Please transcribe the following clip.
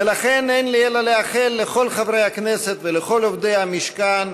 ולכן אין לי אלא לאחל לכל עובדי הכנסת ולכל עובדי המשכן,